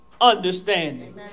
understanding